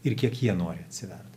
ir kiek jie nori atsivert